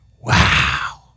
Wow